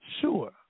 sure